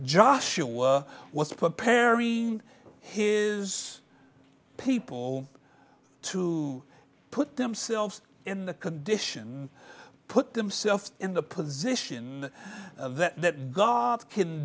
joshua was preparing his people to put themselves in the condition put themselves in the position